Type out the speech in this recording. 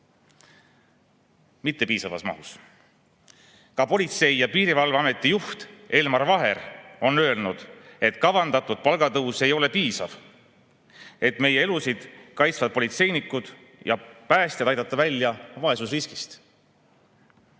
mahus ei rahasta. Ka Politsei- ja Piirivalveameti juht Elmar Vaher on öelnud, et kavandatud palgatõus ei ole piisav, et meie elusid kaitsvad politseinikud ja päästjad aidata välja vaesusriskist.